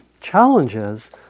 challenges